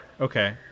okay